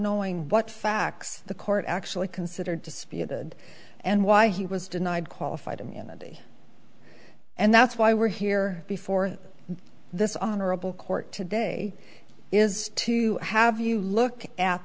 knowing what facts the court actually considered disputed and why he was denied qualified immunity and that's why we're here before this honorable court today is to have you look at